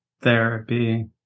therapy